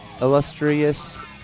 illustrious